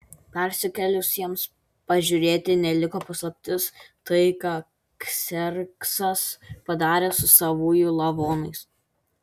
persikėlusiems pažiūrėti neliko paslaptis tai ką kserksas padarė su savųjų lavonais